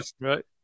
Right